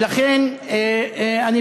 לכן אני,